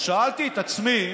שאלתי את עצמי: